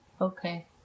Okay